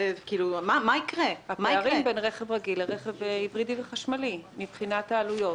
הפערים בין רכב רגיל לרכב היברידי וחשמלי מבחינת העלויות.